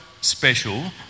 special